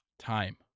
time